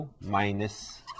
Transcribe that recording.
minus